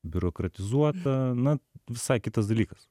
biurokratizuota na visai kitas dalykas